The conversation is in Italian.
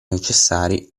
necessari